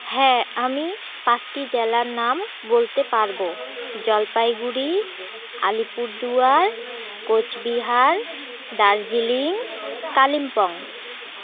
হ্যাঁ আমি পাঁচটি জেলার নাম বলতে পারবো জলপাইগুড়ি আলিপুরদুয়ার কোচবিহার দার্জিলিং কালিম্পং